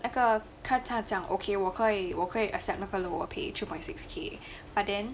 那个他他讲 ok 我可以我可以 accept 那个 lower pay three point six K but then